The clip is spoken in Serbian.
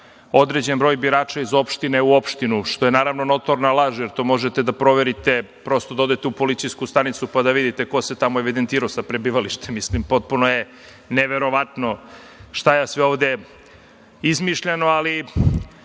određen broj birača iz opštine u opštinu, što je, naravno, notorna laž, jer to možete da proverite, prosto da odete u policijsku stanicu, pa da vidite ko se tamo evidentirao sa prebivalištem. Mislim, potpuno je neverovatno šta je sve ovde izmišljeno. Znate,